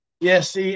Yes